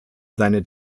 seine